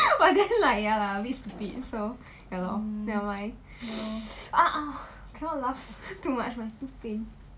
but then like ya lah a bit stupid so ya lor never mind cannot laugh too much my teeth pain